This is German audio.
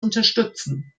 unterstützen